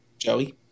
Joey